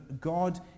God